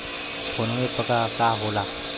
PhonePe का होला?